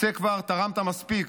תצא כבר, תרמת מספיק'.